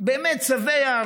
באמת שבע,